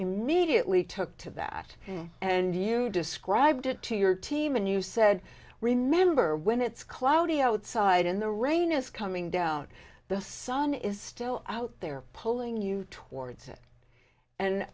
immediately took to that and you described it to your team and you said remember when it's cloudy outside in the rain is coming down the sun is still out there pulling you towards it and